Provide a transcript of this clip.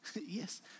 Yes